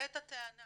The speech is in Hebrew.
את הטענה